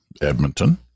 Edmonton